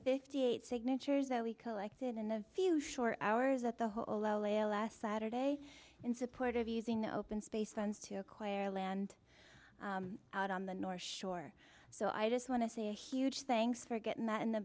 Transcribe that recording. fifty eight signatures that we collected in a few short hours at the holo lael last saturday in support of using the open space funds to acquire land out on the north shore so i just want to say a huge thanks for getting that in the